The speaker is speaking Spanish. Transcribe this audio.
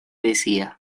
decía